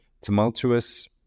tumultuous